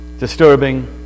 disturbing